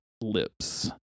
lips